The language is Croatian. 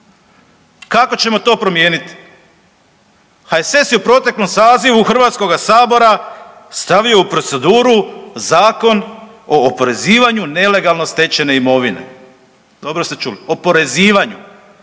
Kako ćemo to promijeniti? HSS je u proteklom sazivu HS-a stavio u proceduru zakon o oporezivanju nelegalno stečene imovine. Dobro ste čuli, oporezivanju.